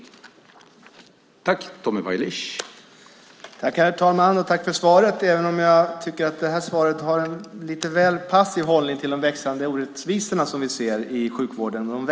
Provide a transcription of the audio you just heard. Då Christina Zedell, som framställt interpellationen, anmält att hon var förhindrad att närvara vid sammanträdet medgav talmannen att Tommy Waidelich i stället fick delta i överläggningen.